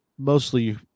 Mostly